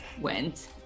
went